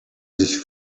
sich